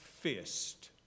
fist